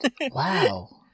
Wow